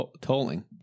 tolling